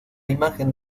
imagen